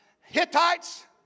Hittites